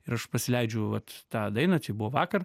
ir aš pasileidžiu vat tą dainą čia buvo vakar